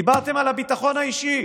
דיברתם על הביטחון האישי.